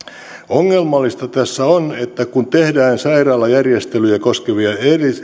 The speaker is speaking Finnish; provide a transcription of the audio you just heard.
ongelmallista tässä on että tehdään sairaalajärjestelyjä koskevia erillispäätöksiä